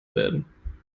werden